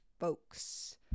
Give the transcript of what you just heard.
folks